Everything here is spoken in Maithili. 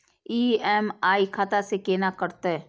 ई.एम.आई खाता से केना कटते?